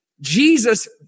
Jesus